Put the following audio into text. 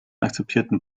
akzeptierten